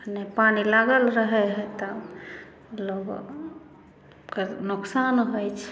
नहि पानि लागल रहै हइ तऽ लोग नुकसान होइ छै